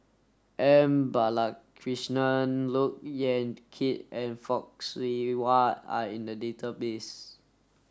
M Balakrishnan Look Yan Kit and Fock Siew Wah are in the database